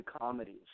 comedies